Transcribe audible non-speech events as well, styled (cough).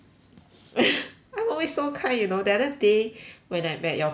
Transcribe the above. (noise) I'm always so kind you know the other day when I'm at your place ah